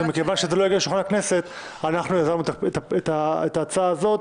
ומכיוון שזה לא הגיע לשולחן הכנסת אנחנו יזמנו את ההצעה הזאת.